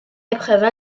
épreuves